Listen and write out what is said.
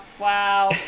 wow